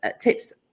tips